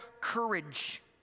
courage